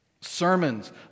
sermons